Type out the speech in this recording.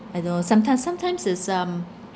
I know sometime~ sometimes it's um